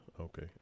Okay